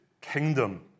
kingdom